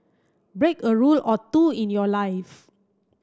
break a rule or two in your life